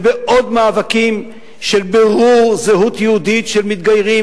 ובעוד מאבקים של בירור זהות יהודית של מתגיירים,